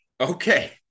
okay